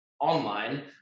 online